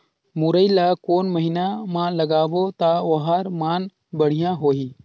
मुरई ला कोन महीना मा लगाबो ता ओहार मान बेडिया होही?